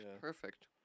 perfect